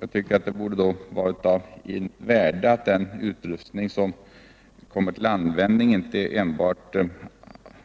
Jag tycker att det borde vara av värde om den utrustning som kommer till användning inte enbart